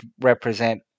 represent